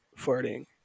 farting